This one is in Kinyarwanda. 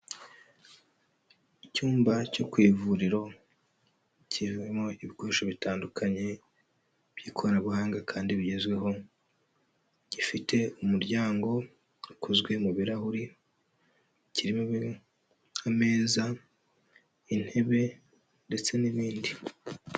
Icyumba cyo ku ivuriro kibamo ibikoresho bitandukanye by'ikoranabuhanga kandi bigezweho, gifite umuryango ukozwe mu birahuri kirimo ameza, intebe ndetse n'ibindi.